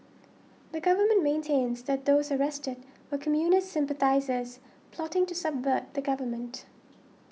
the government maintains that those arrested were communist sympathisers plotting to subvert the government